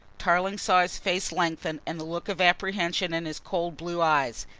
tarling saw his face lengthen and the look of apprehension in his cold blue eyes.